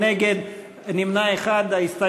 7, 8 הוסרו.